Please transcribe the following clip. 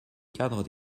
cadre